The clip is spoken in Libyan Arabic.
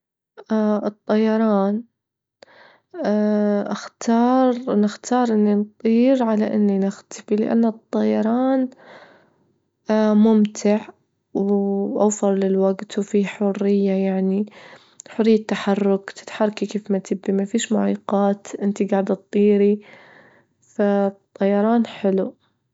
الطيران أختار- نختار إني نطير على إني نختفي، لأن الطيران ممتع وأوفر للوجت، وفي حرية يعني حرية تحرك، تتحركي كيف ما تبي، ما فيش معيقات، إنتي جاعدة تطيري، فالطيران حلو.